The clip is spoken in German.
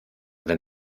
wenn